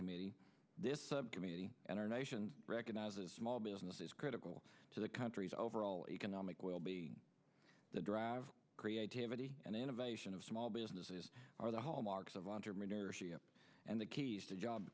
committee this subcommittee and our nation recognizes small business is critical to the countries over all economic will be the drive creativity and innovation of small businesses are the hallmarks of entrepreneurship and the keys to job